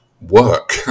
work